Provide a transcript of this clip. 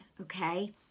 Okay